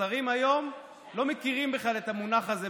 השרים היום לא מכירים בכלל את המונח הזה,